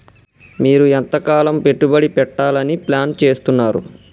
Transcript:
మీరు ఎంతకాలం పెట్టుబడి పెట్టాలని ప్లాన్ చేస్తున్నారు?